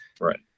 Right